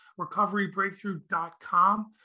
recoverybreakthrough.com